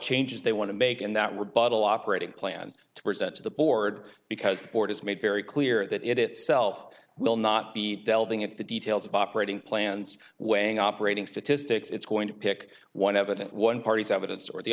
changes they want to make in that rebuttal operating plan to present to the board because the board has made very clear that it itself will not be delving into the details of operating plans weighing operating statistics it's going to pick one evident one party's evidence or the